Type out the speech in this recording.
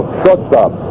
shortstop